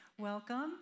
welcome